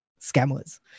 scammers